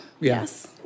Yes